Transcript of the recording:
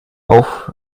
auf